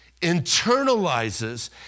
internalizes